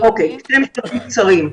צוהריים טובים.